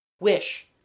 wish